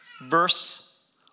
verse